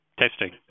Testing